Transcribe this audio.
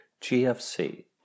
GFC